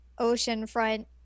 oceanfront